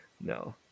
no